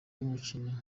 y’umukino